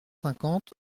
cinquante